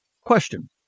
Question